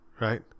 right